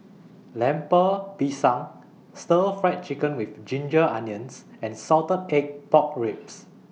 Lemper Pisang Stir Fry Chicken with Ginger Onions and Salted Egg Pork Ribs